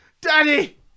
Daddy